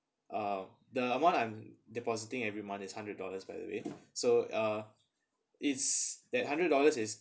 uh the amount I'm depositing every month is hundred dollars by the way so uh it's that hundred dollars is